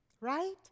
right